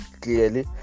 clearly